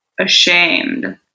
ashamed